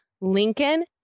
Lincoln